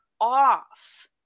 off